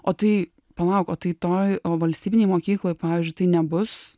o tai palauk o tai toj o valstybinėj mokykloj pavyzdžiui tai nebus